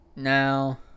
Now